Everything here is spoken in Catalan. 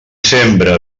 sembra